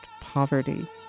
poverty